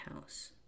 House